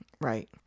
Right